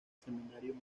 seminario